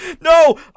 No